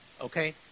Okay